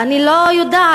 ואני לא יודעת,